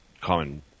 common –